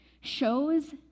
shows